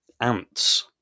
ants